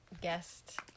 guest